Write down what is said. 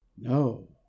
no